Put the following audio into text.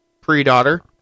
pre-daughter